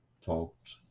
talked